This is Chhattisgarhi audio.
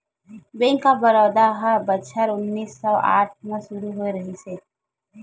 बेंक ऑफ बड़ौदा ह बछर उन्नीस सौ आठ म सुरू होए रिहिस हे